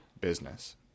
Business